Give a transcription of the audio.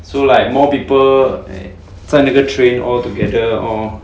so like more people eh 在那个 train altogether lor